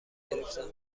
گرفتم